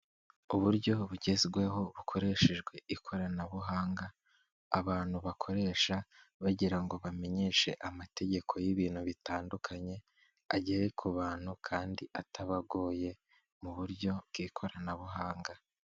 Uburyo bugezweho bukoreshejwe ikoranabuhanga abantu bakoresha bagira ngo bamenyeshe amategeko y'ibintu bitandukanye agere ku bantu kandi atabagoye mu buryo bw'ikoranabuhanga.